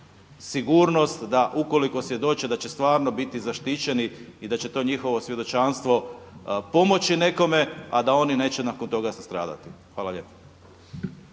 da ukoliko svjedoče da će stvarno biti zaštićeni i da će to njihove svjedočanstvo pomoći nekome a da oni neće nakon toga nastradati. Hvala lijepo.